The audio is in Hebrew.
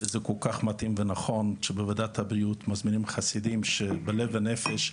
וזה כל כך מתאים ונכון שבוועדת הבריאות מזמינים חסידים שבלב ונפש,